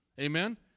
Amen